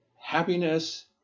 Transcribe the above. happiness